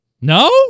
No